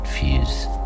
fuse